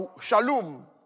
Shalom